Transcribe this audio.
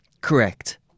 Correct